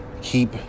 Keep